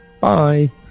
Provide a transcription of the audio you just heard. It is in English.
Bye